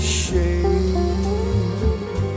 shade